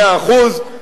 מאה אחוז,